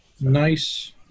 nice